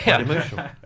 Emotional